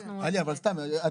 אנחנו -- עלי אבל סתם הצעה,